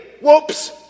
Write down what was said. whoops